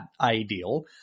ideal